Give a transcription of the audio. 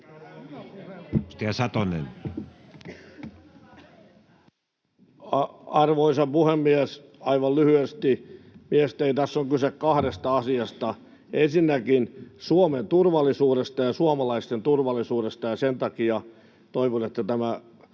Arvoisa puhemies! Aivan lyhyesti: Mielestäni tässä on kyse kahdesta asiasta. Ensinnäkin Suomen turvallisuudesta ja suomalaisten turvallisuudesta, ja sen takia toivon, että tämä